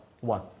One